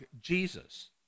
Jesus